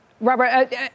Robert